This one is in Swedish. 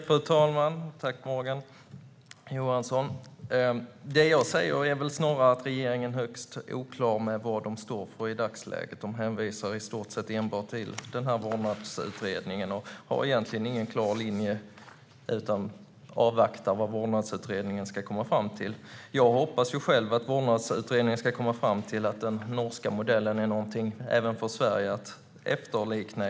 Fru talman! Det jag säger är väl snarare att regeringen är högst oklar när det gäller vad den står för i dagsläget. Man hänvisar i stort sett enbart till vårdnadsutredningen. Man har egentligen ingen klar linje utan avvaktar vad vårdnadsutredningen ska komma fram till. Jag hoppas att vårdnadsutredningen ska komma fram till att den norska modellen är någonting för Sverige att efterlikna.